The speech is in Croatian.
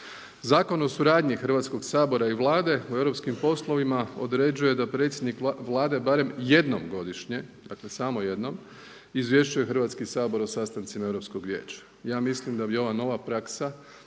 Zakon o suradnji Hrvatskog sabora i Vlade u europskim poslovima određuje da predsjednik Vlade barem jednom godišnje, dakle samo jednom izvješćuje Hrvatski sabor o sastancima Europskog vijeća. Ja mislim da bi ova nova praksa